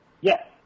Yes